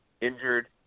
Injured